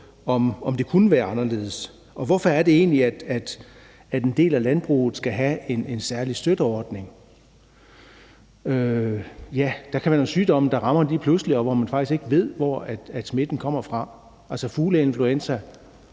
om det kunne være anderledes. Hvorfor er det egentlig, at en del af landbruget skal have en særlig støtteordning? Ja, der kan være nogle sygdomme, der rammer lige pludselig, og hvor man faktisk ikke ved, hvor smitten kommer fra. Det gælder f.eks.